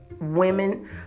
women